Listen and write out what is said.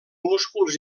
músculs